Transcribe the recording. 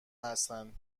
هستند